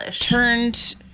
turned